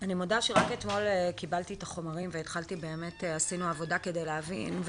אני מודה שרק אתמול קיבלתי את החומרים ועשינו עבודה כדי להבין,